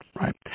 right